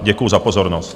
Děkuju za pozornost.